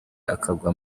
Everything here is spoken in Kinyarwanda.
akaguha